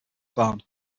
barn